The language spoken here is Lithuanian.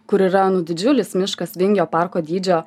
kur yra nu didžiulis miškas vingio parko dydžio